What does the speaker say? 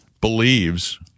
believes